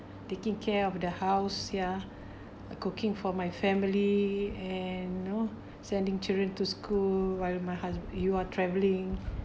taking care of the house ya cooking for my family and you know sending children to school while my husb~ you are travelling